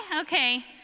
Okay